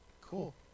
cool